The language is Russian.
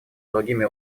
другими